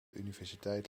universiteit